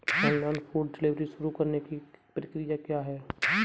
Online food delivery शुरू करने की प्रक्रिया क्या है?